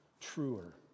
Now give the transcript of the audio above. truer